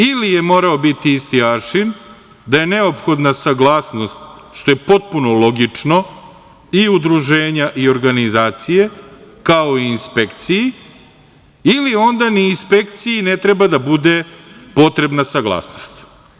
Ili je morao biti isti aršin, da je neophodna saglasnost što je potpuno logično i udruženja i organizacije, kao i inspekciji, ili onda ni inspekciji ne treba da bude potrebna saglasnost.